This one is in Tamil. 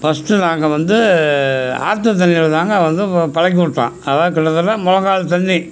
பஸ்ட்டு நாங்கள் வந்து ஆற்று தண்ணியில் தாங்க வந்து பழக்கி விட்டோம் அதாவது கிட்டத்தில் முழங்கால் தண்ணி